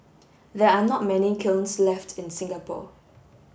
there are not many kilns left in Singapore